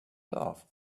love